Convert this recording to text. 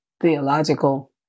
theological